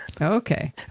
Okay